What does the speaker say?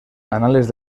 anales